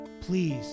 please